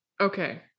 Okay